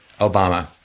Obama